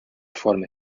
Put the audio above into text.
forme